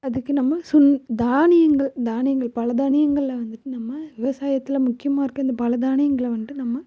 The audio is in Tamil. அதுக்கு நம்ம சுன் தானியங்கள் தானியங்கள் பல தானியங்கள வந்துவிட்டு நம்ம விவசாயத்தில் முக்கியமாக இருக்கற இந்த பல தானியங்களை வந்துட்டு நம்ம